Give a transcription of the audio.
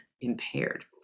impaired